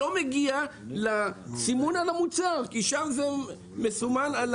לא מגיע לסימון על המוצר כי שם זה מסומן על